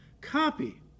copy